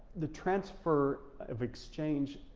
the transfer of exchange,